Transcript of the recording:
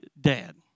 dad